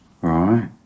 Right